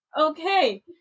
Okay